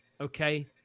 Okay